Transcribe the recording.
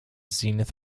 zenith